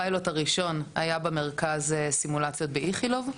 הפיילוט הראשון היה במרכז הסימולציות ב- ׳איכילוב׳,